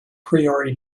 priori